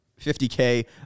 50K